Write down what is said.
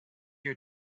your